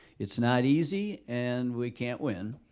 it's not easy and we can't win.